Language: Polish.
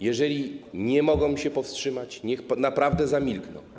Jeżeli nie mogą się powstrzymać, niech naprawdę zamilkną.